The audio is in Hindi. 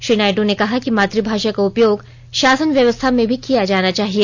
श्री नायडु ने कहा कि मातू भाषा का उपयोग शासन व्यवस्था में भी किया जाना चाहिए